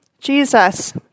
Jesus